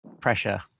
Pressure